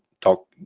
talk